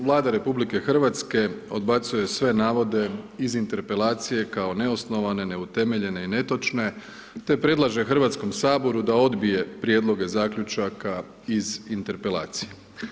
Vlada RH odbacuje sve navode iz interpelacije kao neosnovane, neutemeljena i netočne te predlaže Hrvatskom saboru da odbije prijedloge zaključaka iz interpelacije.